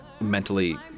mentally